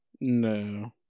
No